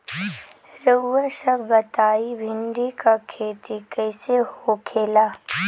रउआ सभ बताई भिंडी क खेती कईसे होखेला?